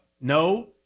No